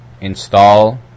install